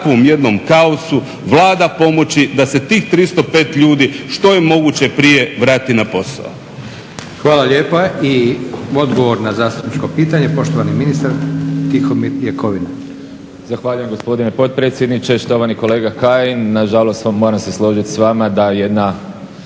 Hvala lijepa. Odgovor na zastupničko pitanje, poštovani ministar Predrag